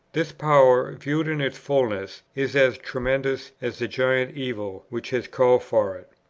this power, viewed in its fulness, is as tremendous as the giant evil which has called for it.